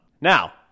Now